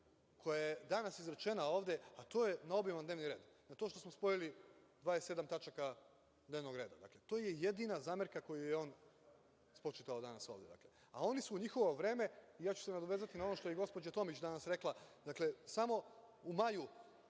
koja je danas izrečena ovde, a to je obiman dnevni red, a to što smo spojili 27 tačaka dnevnog reda, dakle, to je jedina zamerka koju je on spočitao danas ovde. A oni su u njihovo vreme, nadovezaću se na ono što je gospođa Tomić danas rekla, dakle, samo u maju